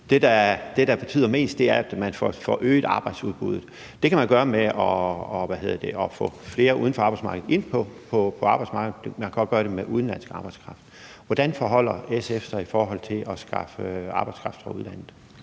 det, der betyder mest, at man får øget arbejdsudbuddet. Det kan man gøre ved at få flere uden for arbejdsmarkedet ind på arbejdsmarkedet, og man kan også gøre det med udenlandsk arbejdskraft. Hvordan forholder SF sig til at skaffe arbejdskraft fra udlandet?